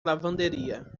lavanderia